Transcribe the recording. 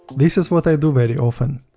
this is what i do very often.